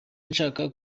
nshaka